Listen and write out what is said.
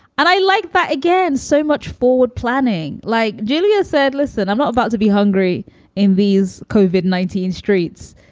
and i like that again so much forward planning. like julia said. listen, i'm not about to be hungry in these cauvin nineteen streets.